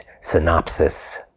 synopsis